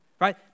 right